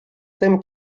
tym